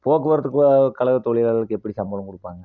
போக்குவரத்துக்கு கழக தொழிலாளர்களுக்கு எப்படி சம்பளம் கொடுப்பாங்க